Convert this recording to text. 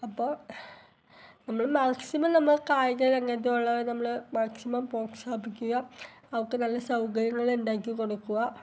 അപ്പോൾ നമ്മൾ മാക്സിമം നമ്മൾ കായിക രംഗത്തുള്ള നമ്മൾ മാക്സിമം പ്രോത്സാഹിപ്പിക്കുക അവർക്ക് നല്ല സൗകര്യങ്ങൾ ഉണ്ടാക്കി കൊടുക്കുക